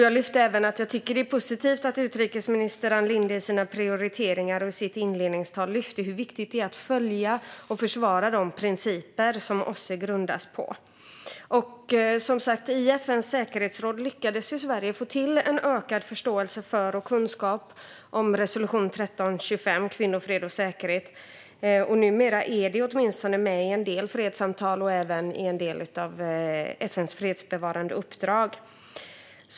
Jag lyfte även att jag tycker att det är positivt att utrikesminister Ann Linde i sina prioriteringar och i sitt inledningstal lyfte hur viktigt det är att följa och försvara de principer som OSSE grundas på. I FN:s säkerhetsråd lyckades ju Sverige få till en ökad förståelse för och kunskap om resolution 1325 om kvinnor, fred och säkerhet, och numera är det åtminstone med i en del fredssamtal och även i en del av FN:s fredsbevarande uppdrag.